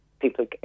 people